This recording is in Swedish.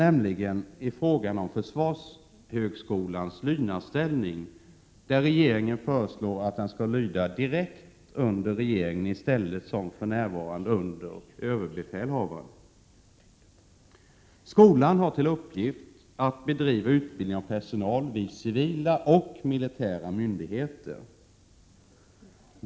Det gäller frågan om Försvarshögskolans lydnadsställning. I propositionen föreslås att skolan skall lyda direkt under regeringen i stället för, som för närvarande, lyda under överbefälhavaren. Försvarshögskolan har till uppgift att bedriva utbildning av personal vid civila och militära myndigheter.